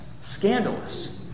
scandalous